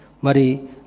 Mari